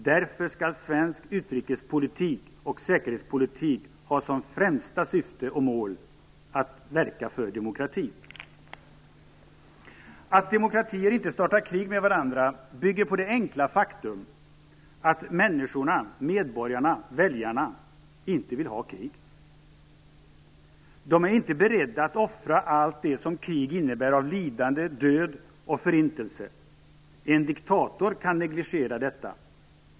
Därför skall svensk utrikespolitik och säkerhetspolitik ha som främsta syfte och mål att verka för demokrati. Att demokratier inte startar krig med varandra bygger på det enkla faktum att människorna, medborgarna, väljarna inte vill ha krig. De är inte beredda att offra allt det som krig innebär av lidande, död och förintelse. En diktator kan negligera detta.